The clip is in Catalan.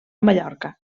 mallorca